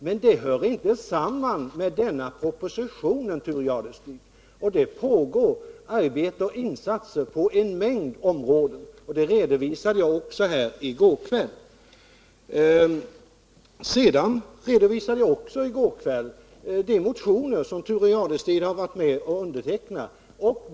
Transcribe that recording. Men det hör inte samman med denna proposition, Thure Jadestig. Det pågår arbete och insatser på en mängd områden, vilket jag redovisade i går kväll. Sedan redovisade jag i går kväll också de motioner som Thure Jadestig varit med om att underteckna.